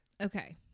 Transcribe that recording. okay